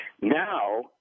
Now